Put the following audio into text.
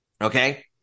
Okay